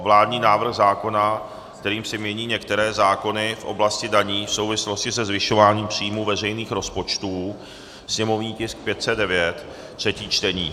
Vládní návrh zákona, kterým se mění některé zákony v oblasti daní v souvislosti se zvyšováním příjmů veřejných rozpočtů /sněmovní tisk 509/ třetí čtení